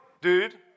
dude